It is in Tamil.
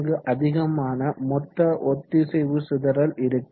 அங்கு அதிகமான மொத்த ஒத்திசைவு சிதறல் இருக்கும்